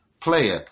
player